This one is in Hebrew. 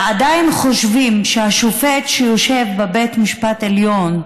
ועדיין חושבים ששופט שיושב בבית משפט עליון,